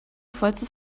vollstes